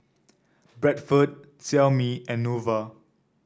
Bradford Xiaomi and Nova